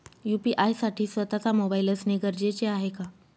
UPI साठी स्वत:चा mobile असणे गरजेचे आहे का?